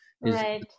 Right